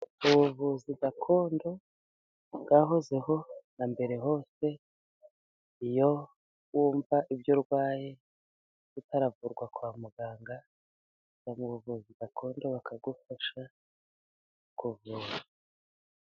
Ubuvuzi gakondo bwahozeho na mbere hose, iyo wumva ibyo urwaye bitavurwa kwa muganga, ujya mu buvuzi gakondo bakagufasha, bakakuvura.